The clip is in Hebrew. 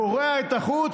קורע את החוט